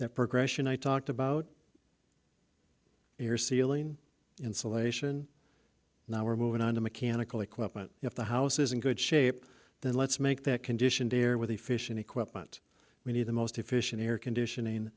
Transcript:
that progression i talked about air sealing insulation now we're moving on to mechanical equipment if the house is in good shape then let's make that condition beer with the fishing equipment we need the most efficient air conditioning